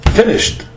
finished